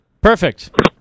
Perfect